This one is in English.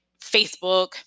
Facebook